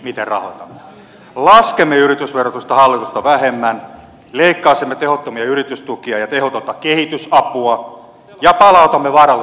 laskemme yritysverotusta hallitusta vähemmän leikkaisimme tehottomia yritystukia ja tehotonta kehitysapua ja palautamme varallisuusveron se on noin miljardin